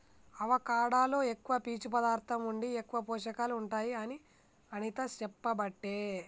avocado లో ఎక్కువ పీచు పదార్ధం ఉండి ఎక్కువ పోషకాలు ఉంటాయి అని అనిత చెప్పబట్టే